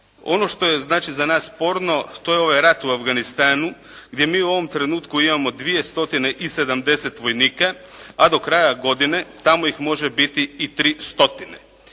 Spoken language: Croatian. ono što je za nas znači sporno, to je ovaj rat u Afganistanu gdje mi u ovom trenutku imamo 270 vojnika, a do kraja godine tamo ih može biti i 300.